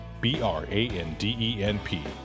B-R-A-N-D-E-N-P